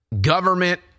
government